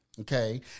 okay